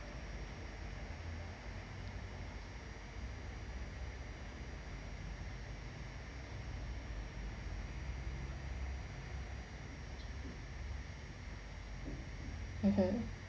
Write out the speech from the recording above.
(uh huh)